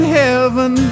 heaven